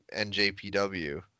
NJPW